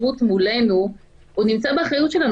כל גוף שנמצא בהתקשרות מולנו נמצא באחריות שלנו.